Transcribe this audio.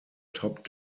top